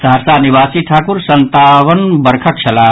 सहरसा निवासी ठाकुर संतावन वर्षक छलाह